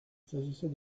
s’agissait